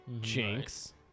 Jinx